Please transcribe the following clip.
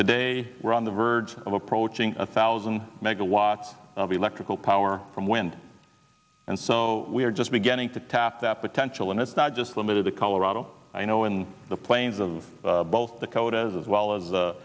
today we're on the verge of approaching a thousand megawatts of electrical power from wind and so we are just beginning to tap that potential and it's not just limited to colorado i know in the plains of both the code as well as